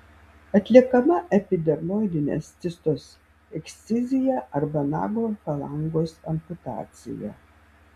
atliekama epidermoidinės cistos ekscizija arba nago falangos amputacija